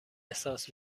احساس